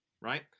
right